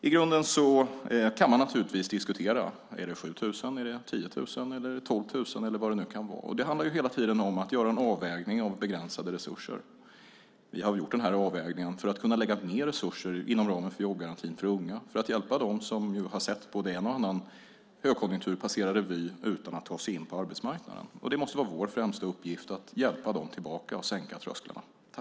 I grunden kan man naturligtvis diskutera om det är 7 000, 10 000 eller 12 000. Det handlar hela tiden om att göra en avvägning av begränsade resurser. Vi har gjort den här avvägningen för att kunna lägga mer resurser inom ramen för jobbgarantin för unga och för att hjälpa dem som har sett både en och annan högkonjunktur passera revy utan att ta sig in på arbetsmarknaden. Det måste vara vår främsta uppgift att hjälpa dem tillbaka och sänka trösklarna.